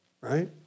right